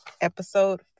episode